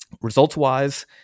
Results-wise